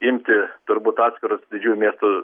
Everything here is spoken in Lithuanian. imti turbūt atskirus didžiųjų miestų